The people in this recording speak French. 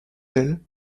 elle